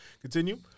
continue